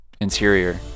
Interior